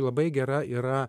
labai gera yra